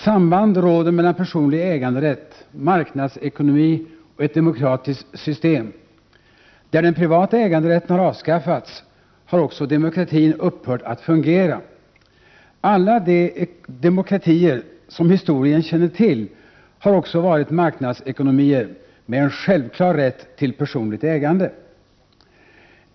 Samband råder mellan personlig äganderätt, marknadsekonomi och ett demokratiskt system. Där den privata äganderätten har avskaffats har också demokratin upphört att fungera. Alla de demokratier som historien känner till har också varit marknadsekonomier med en självklar rätt till personligt ägande.